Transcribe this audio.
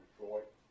Detroit